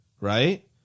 Right